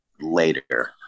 later